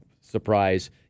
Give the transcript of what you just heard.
surprise